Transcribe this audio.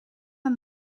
aan